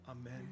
amen